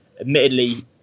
Admittedly